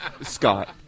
scott